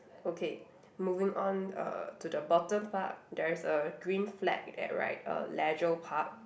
okay moving on uh to the bottom part there is a green flag that write uh leisure park